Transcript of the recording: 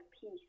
peace